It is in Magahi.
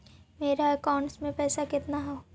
मेरा अकाउंटस में कितना पैसा हउ?